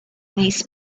these